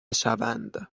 شوند